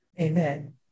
Amen